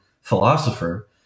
philosopher